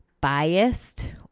biased